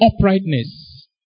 uprightness